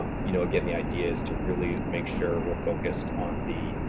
um you know, again, the idea is to really make sure we're focused on the,